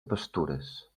pastures